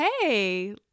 hey